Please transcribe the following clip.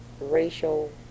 racial